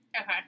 Okay